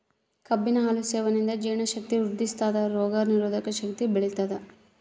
ಕಬ್ಬಿನ ಹಾಲು ಸೇವನೆಯಿಂದ ಜೀರ್ಣ ಶಕ್ತಿ ವೃದ್ಧಿಸ್ಥಾದ ರೋಗ ನಿರೋಧಕ ಶಕ್ತಿ ಬೆಳಿತದ